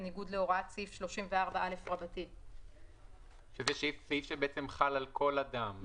בניגוד להוראת סעיף 34א. שזה סעיף שחל על כל אדם.